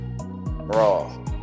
raw